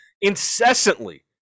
incessantly